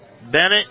Bennett